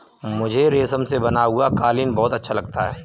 मुझे रेशम से बना हुआ कालीन बहुत अच्छा लगता है